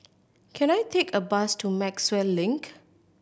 can I take a bus to Maxwell Link